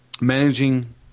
managing